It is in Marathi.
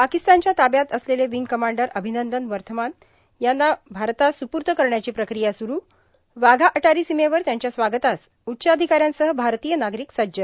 पाकिस्तानच्या ताब्यात असलेले विंग कमांडर अभिनंदन वर्थमान यांना भारतास सुपूर्द करण्याची प्रक्रिया सुरू वाघा अटारी सीमेवर त्यांच्या स्वागतास उच्चअधिकाऱ्यांसह भारतीय नागरीक सज्ज